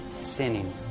sinning